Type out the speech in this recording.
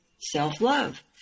self-love